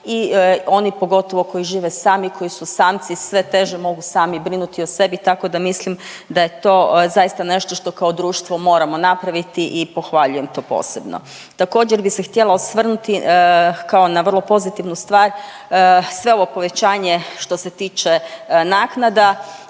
i oni pogotovo koji žive sami, koji su samci sve teže mogu sami brinuti o sebi tako da mislim da je to zaista nešto što kao društvo moramo napraviti i pohvaljujem to posebno. Također bi se htjela osvrnuti kao na vrlo pozitivnu stvar sve ovo povećanje što se tiče naknada,